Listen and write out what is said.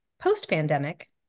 post-pandemic